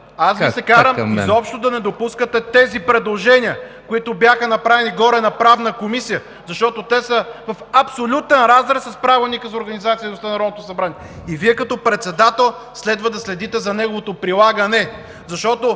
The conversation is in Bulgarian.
Аз Ви се карам изобщо да не допускате тези предложения, които бяха направени горе на Правната комисия, защото те са в абсолютен разрез с Правилника за организацията и дейността на Народното събрание и Вие като председател следва да следите за неговото прилагане. Защото